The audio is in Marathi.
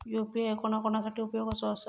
यू.पी.आय कोणा कोणा साठी उपयोगाचा आसा?